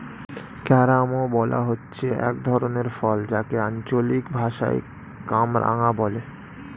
carambola হচ্ছে এক ধরনের ফল যাকে আঞ্চলিক ভাষায় কামরাঙা বলে